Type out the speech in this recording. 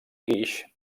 guix